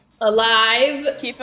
alive